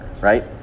Right